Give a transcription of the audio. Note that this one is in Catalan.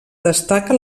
destaca